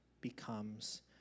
becomes